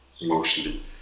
emotionally